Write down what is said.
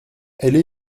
elle